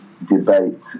Debate